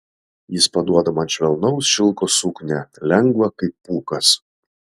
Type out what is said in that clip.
jis paduoda man švelnaus šilko suknią lengvą kaip pūkas